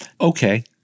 okay